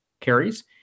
carries